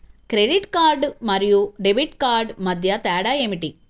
Credit card మరియు debit card మధ్య తేడా ఏమిటి?